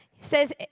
says